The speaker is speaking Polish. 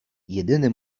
jedyny